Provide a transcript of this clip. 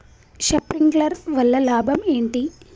Sprinkler వల్ల లాభం ఏంటి?